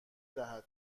دهیم